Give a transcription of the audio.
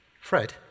Fred